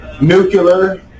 nuclear